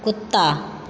कुत्ता